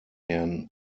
herrn